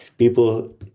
People